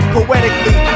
Poetically